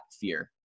fear